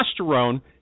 Testosterone